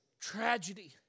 tragedy